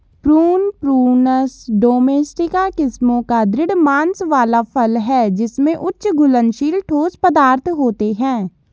prune, Prunus domestica किस्मों का दृढ़ मांस वाला फल है जिसमें उच्च घुलनशील ठोस पदार्थ होते हैं